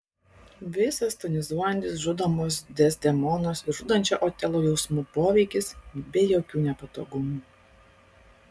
visas tonizuojantis žudomos dezdemonos ir žudančio otelo jausmų poveikis be jokių nepatogumų